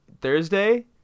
Thursday –